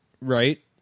right